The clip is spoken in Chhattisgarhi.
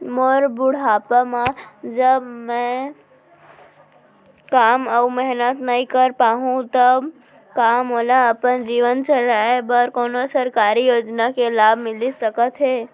मोर बुढ़ापा मा जब मैं काम अऊ मेहनत नई कर पाहू तब का मोला अपन जीवन चलाए बर कोनो सरकारी योजना के लाभ मिलिस सकत हे?